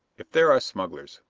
if there are smugglers,